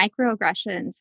Microaggressions